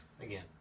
again